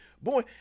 Boy